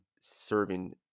serving